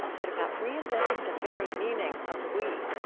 but about reinventing the very meaning of we.